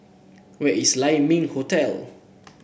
where is Lai Ming Hotel